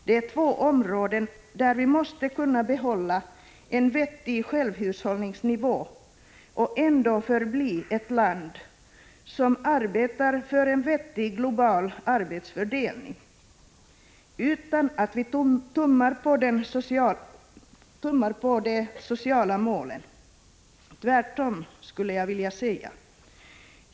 Det är två områden där vi måste kunna behålla en rimlig självhushållningsnivå och ändå förbli ett land som arbetar för en vettig global arbetsfördelning utan att vi tummar på de sociala målen. Tvärtom, skulle jag vilja säga.